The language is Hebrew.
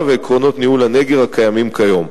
ועקרונות ניהול הנגר הקיימים כיום.